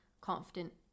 confident